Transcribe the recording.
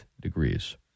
degrees